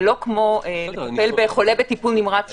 זה לא כמו לטפל בחולה בטיפול נמרץ,